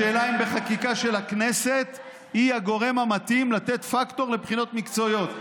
השאלה אם חקיקה של הכנסת היא הגורם המתאים לתת פקטור לבחינות מקצועיות.